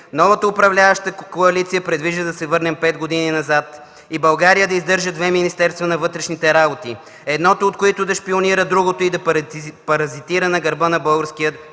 новата управляваща коалиция предвижда да се върнем 5 години назад и България да издържа две министерства на вътрешните работи, едното от които да шпионира другото и да паразитира на гърба на българския